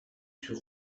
sur